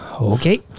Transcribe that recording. okay